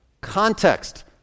context